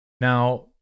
Now